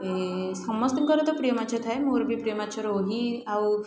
ଏ ସମସ୍ତଙ୍କର ତ ପ୍ରିୟ ମାଛ ଥାଏ ମୋର ପ୍ରିୟ ମାଛ ରୋହୀ ଆଉ